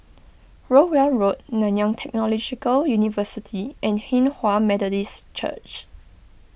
Rowell Road Nanyang Technological University and Hinghwa Methodist Church